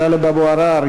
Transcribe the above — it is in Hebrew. טלב אבו עראר,